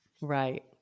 Right